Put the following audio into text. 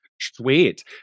Sweet